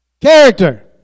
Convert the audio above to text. Character